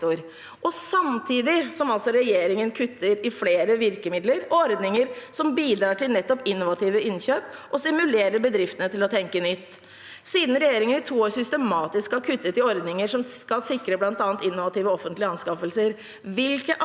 Samtidig kutter regjeringen altså i flere virkemidler og ordninger som bidrar til nettopp innovative innkjøp og stimulerer bedriftene til å tenke nytt. Siden regjeringen i to år systematisk har kuttet i ordninger som skal sikre bl.a. innovative offentlige anskaffelser,